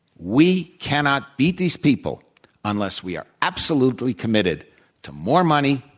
we cannot beat these people unless we are absolutely committed to more money,